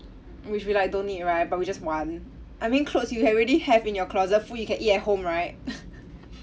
and which we like don't need right but we just want I mean clothes you already have in your closet food you can eat at home right